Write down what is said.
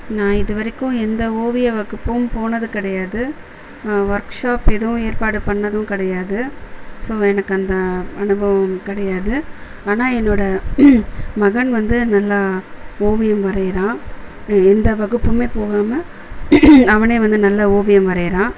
நான் இது வரைக்கும் எந்த ஓவியவகுப்பும் போனது கிடையாது வொர்க் ஷாப் எதுவும் ஏற்பாடு பண்ணதும் கிடையாது ஸோ எனக்கு அந்த அனுபவம் கிடையாது ஆனால் என்னோடய மகன் வந்து நல்லா ஓவியம் வரைகிறான் எ எந்த வகுப்புமே போகாமல் அவனே வந்து நல்லா ஓவியம் வரைகிறான்